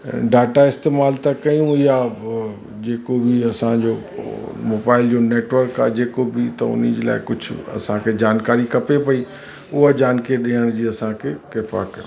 data इस्तेमाल था कयूं या पोइ जेको बि असांजो पोइ मोबाइल जो नेटवर्क आहे जेको बि त उन जे लाइ कुझु असांखे जानकारी खपे पई उहा जानकारीअ ॾियण जी असांखे कृपा कयो